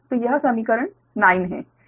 तो यह समीकरण 9 है